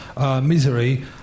Misery